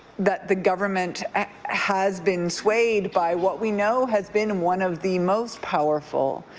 the the government has been swayed by what we know has been one of the most powerful,